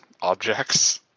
objects